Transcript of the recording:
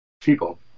people